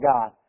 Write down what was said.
God